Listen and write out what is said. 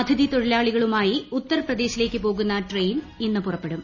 അതിഥി തൊഴിലാളികളുമായിട്ടി ് ഉത്തർ പ്രദേശിലേക്ക് പോകുന്ന ട്രെയിൻ ഇന്ന് പുറപ്പെടും